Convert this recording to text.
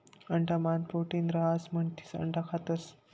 अंडा मान प्रोटीन रहास म्हणिसन अंडा खातस